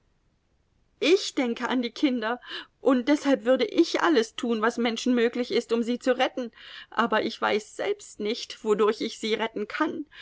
ich denke an die kinder und deshalb würde ich alles tun was menschenmöglich ist um sie zu retten aber ich weiß selbst nicht wodurch ich sie retten kann